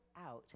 out